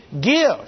give